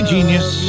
Genius